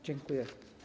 Dziękuję.